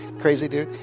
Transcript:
crazy dude.